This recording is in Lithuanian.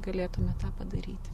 galėtumėme tą padaryti